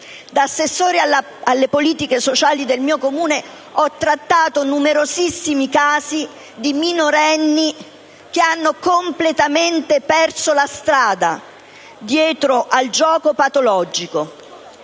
assessore alle politiche sociali del mio Comune di appartenenza ho trattato numerosissimi casi di minorenni che hanno completamente perso la strada dietro al gioco patologico.